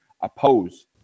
oppose